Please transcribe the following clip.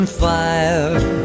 fire